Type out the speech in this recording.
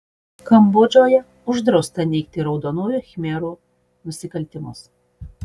kambodžoje uždrausta neigti raudonųjų khmerų nusikaltimus